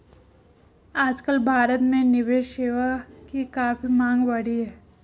आजकल भारत में निवेश सेवा की काफी मांग बढ़ी है